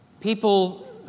people